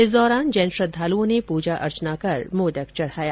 इस दौरान जैन श्रद्वाल़ओं ने पूजा अर्चना कर मोदक चढ़ाया